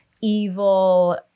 evil